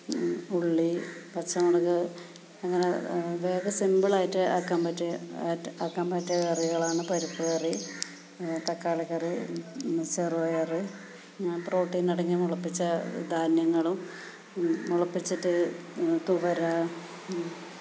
ഉള്ളി പച്ചമുളക് അങ്ങനെ വേറെ സിമ്പിളായിട്ട് ആക്കാൻ പറ്റിയ ആക്കാൻ പറ്റിയ കറികളാണ് പരിപ്പ്കറി തക്കാളിക്കാറി ചെറുപയർ പ്രോട്ടീൻ അടങ്ങിയ മുളപ്പിച്ച ധാന്യങ്ങളും മുളപ്പിച്ചിട്ട് തുവര